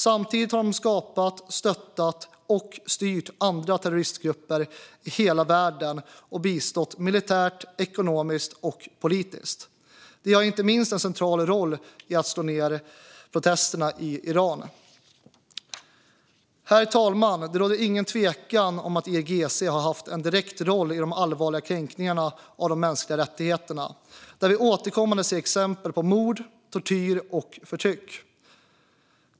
Samtidigt har de skapat, stöttat och styrt andra terroristgrupper i hela världen och bistått militärt, ekonomiskt och politiskt. De har inte minst en central roll i att slå ned protesterna i Iran. Herr talman! Det råder inget tvivel om att IRGC har haft en direkt roll i de allvarliga kränkningarna av de mänskliga rättigheterna, där vi återkommande ser exempel på mord, tortyr och förtryck.